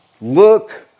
Look